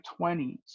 20s